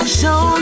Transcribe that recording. show